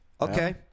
Okay